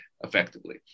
effectively